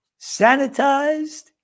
sanitized